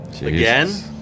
Again